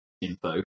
info